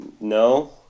No